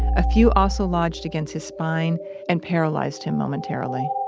a few also lodged against his spine and paralyzed him momentarily.